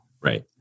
Right